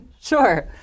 Sure